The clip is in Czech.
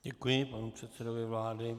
Děkuji panu předsedovi vlády.